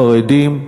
חרדים,